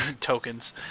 tokens